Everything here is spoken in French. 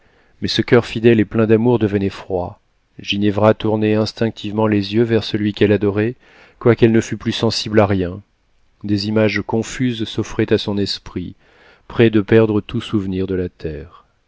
mais ce coeur fidèle et plein d'amour devenait froid ginevra tournait instinctivement les yeux vers celui qu'elle adorait quoiqu'elle ne fût plus sensible à rien des images confuses s'offraient à son esprit près de perdre tout souvenir de la terre